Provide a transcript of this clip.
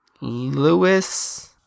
lewis